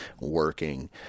working